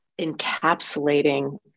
encapsulating